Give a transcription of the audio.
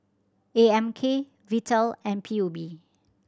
A M K Vital and P U B